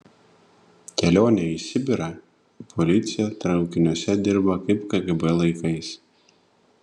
kelionė į sibirą policija traukiniuose dirba kaip kgb laikais